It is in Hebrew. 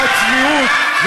והצביעות,